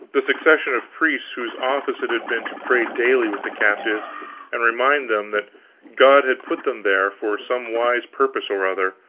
the succession of priests whose office it had been to pray daily with the captives and remind them that god had put them there, for some wise purpose or other,